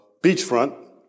beachfront